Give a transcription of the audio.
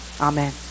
Amen